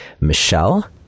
Michelle